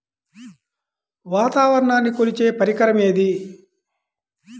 వాతావరణాన్ని కొలిచే పరికరం ఏది?